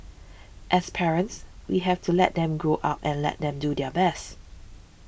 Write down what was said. as parents we have to let them grow up and let them do their best